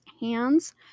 hands